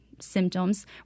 symptoms